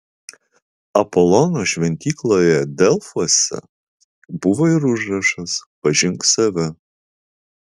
apolono šventykloje delfuose buvo ir užrašas pažink save